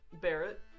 Barrett